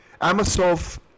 amosov